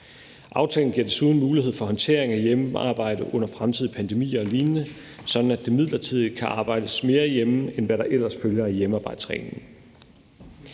Aftalen giver desuden mulighed for håndtering af hjemmearbejde under fremtidige pandemier og lignende, sådan at der midlertidigt kan arbejdes mere hjemme, end hvad der ellers følger af hjemmearbejdsreglen.